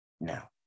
now